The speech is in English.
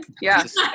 Yes